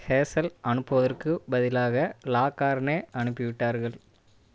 hazel அனுப்புவதற்குப் பதிலாக la carne அனுப்பிவிட்டார்கள்